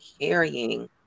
carrying